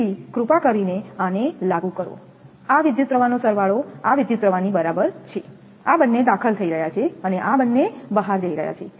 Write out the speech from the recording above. તેથી કૃપા કરીને આને લાગુ કરો આ વિદ્યુતપ્રવાહ નો સરવાળો આ વિદ્યુતપ્રવાહ ની બરાબર છે આ બંને દાખલ થઈ રહ્યા છે અને આ બંને બહાર જઈ રહ્યા છે